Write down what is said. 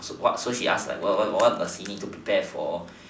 what so she ask what did she need to prepare for